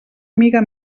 amiga